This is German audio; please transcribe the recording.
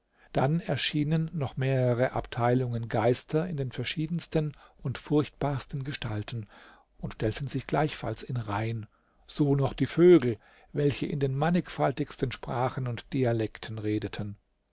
dann erschienen noch mehrere abteilungen geister in den verschiedensten und furchtbarsten gestalten und stellten sich gleichfalls in reihen so noch die vögel welche in den mannigfaltigsten sprachen und dialekten redeten